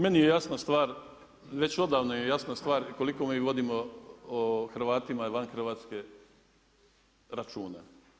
Meni je jasna stvar, već odavno mi je jasna stvar koliko mi vodimo o Hrvatima i van Hrvatske računa.